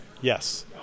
Yes